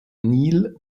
neil